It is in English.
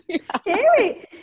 scary